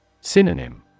Synonym